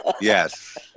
Yes